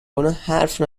کنه، حرف